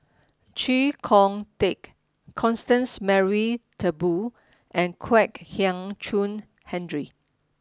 Chee Kong Tet Constance Mary Turnbull and Kwek Hian Chuan Henry